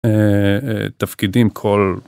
תפקידים כל.